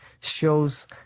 shows